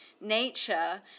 nature